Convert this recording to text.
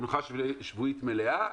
ומנוחה שבועית מלאה,